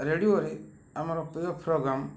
ରେଡ଼ିଓରେ ଆମର ପ୍ରିୟ ପ୍ରୋଗ୍ରାମ୍